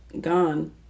gone